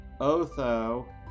Otho